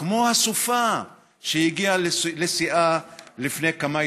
כמו הסופה שהגיעה לשיאה לפני כמה ימים,